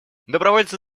добровольцы